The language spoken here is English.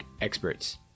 experts